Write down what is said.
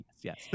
yes